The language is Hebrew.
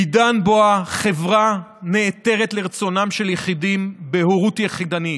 בעידן שבו החברה נעתרת לרצונם של יחידים להורות יחידנית,